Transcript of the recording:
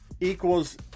equals